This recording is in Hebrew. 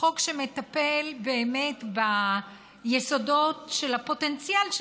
חוק שמטפל באמת ביסודות של הפוטנציאל של